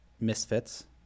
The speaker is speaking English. misfits